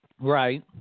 Right